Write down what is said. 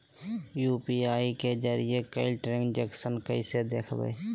UPI के जरिए कैल ट्रांजेक्शन कैसे देखबै?